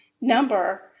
number